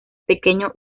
pequeño